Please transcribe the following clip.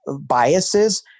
biases